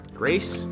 grace